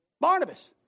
Barnabas